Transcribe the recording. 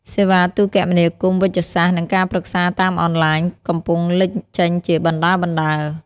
សេវាទូរគមនាគមន៍វេជ្ជសាស្ត្រ និងការប្រឹក្សាតាមអនឡាញ កំពុងលេចចេញជាបណ្តើរៗ។